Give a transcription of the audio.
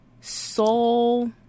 Soul